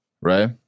Right